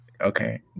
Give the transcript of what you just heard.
Okay